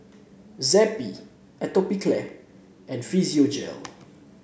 Zappy Atopiclair and Physiogel